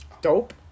dope